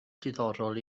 diddorol